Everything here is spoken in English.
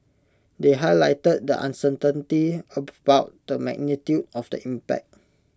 they highlighted the uncertainty about the magnitude of the impact